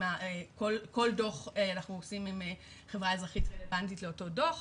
כל דו"ח אנחנו עושים עם חברה אזרחית הרלוונטית לאותו דו"ח